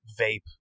vape